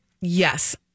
Yes